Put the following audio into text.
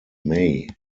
may